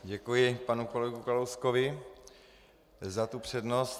Děkuji panu kolegovi Kalouskovi za přednost.